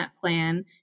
plan